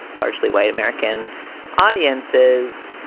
largely white american audiences.